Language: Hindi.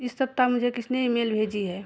इस सप्ताह मुझे किसने ईमेल भेजी है